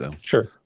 Sure